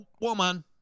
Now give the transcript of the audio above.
woman